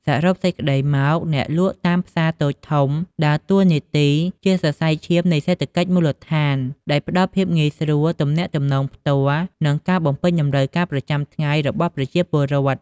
សរុបសេចក្តីមក អ្នកលក់រាយតាមផ្សារតូចធំដើរតួនាទីជាសរសៃឈាមនៃសេដ្ឋកិច្ចមូលដ្ឋាន ដោយផ្តល់ភាពងាយស្រួល ទំនាក់ទំនងផ្ទាល់ និងការបំពេញតម្រូវការប្រចាំថ្ងៃរបស់ប្រជាពលរដ្ឋ។